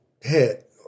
hit